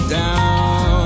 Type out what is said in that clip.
down